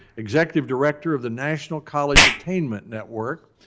executive director of the national college attainment network.